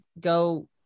go